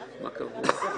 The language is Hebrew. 11:00.